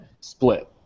split